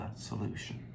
solution